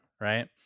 right